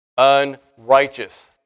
unrighteous